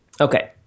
Okay